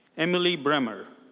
emily bremer.